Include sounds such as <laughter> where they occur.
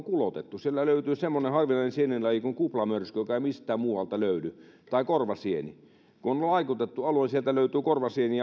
<unintelligible> kulotettu sieltä löytyy semmoinen harvinainen sienilaji kuin kuplamörsky jota ei mistään muualta löydy tai kun on laikutettu alue niin sieltä löytyy korvasieniä <unintelligible>